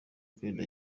gareth